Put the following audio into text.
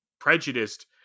prejudiced